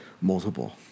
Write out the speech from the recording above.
multiple